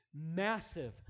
massive